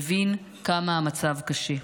מבין כמה המצב קשה.